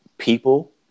People